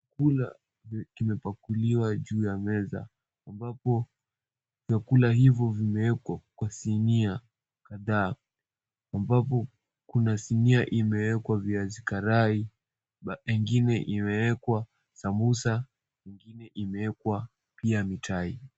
Chakula kimepakuliwa juu ya meza, ambapo vyakula hivyo vimeekwa kwa sinia kadhaa, ambapo kuna sinia imewekwa viazi karai, ingine imewekwa samosa ingine imeekwa pia mitai.